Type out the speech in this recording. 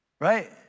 Right